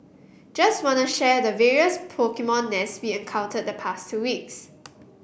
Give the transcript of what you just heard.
just wanna share the various Pokemon nests we encountered the past two weeks